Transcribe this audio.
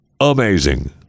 Amazing